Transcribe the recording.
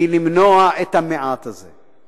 למנוע את המעט הזה.